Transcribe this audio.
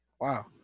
Wow